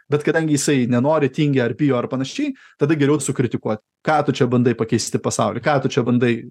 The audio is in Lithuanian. bet kadangi jisai nenori tingi ar bijo ar panašiai tada geriau sukritikuot ką tu čia bandai pakeisti pasaulį ką tu čia bandai